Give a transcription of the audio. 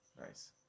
Nice